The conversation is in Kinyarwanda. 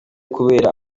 kubera